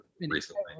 recently